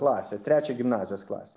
klasę trečią gimnazijos klasę